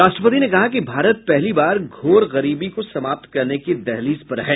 राष्ट्रपति ने कहा कि भारत पहली बार घोर गरीबी को समाप्त करने की दहलीज पर है